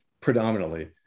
predominantly